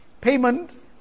payment